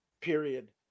Period